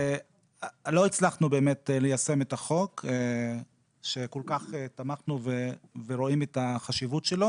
לא הצלחנו באמת ליישם את החוק שכל כך תמכנו ורואים את החשיבות שלו